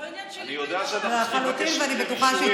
לא עניין שלי מה היא תאמר.